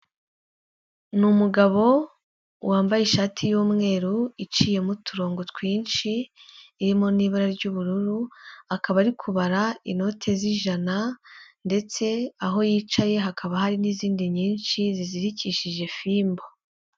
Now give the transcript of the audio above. Ni umugabo wambaye ishati y'umweru iciyemo uturongo twinshi, irimo n'ibara ry'ubururu, akaba ari kubara inote z'ijana ndetse aho yicaye hakaba hari n'izindi nyinshi zizirikishije fimbo.